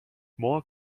more